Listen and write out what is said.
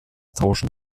tauschen